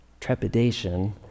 trepidation